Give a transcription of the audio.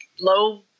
low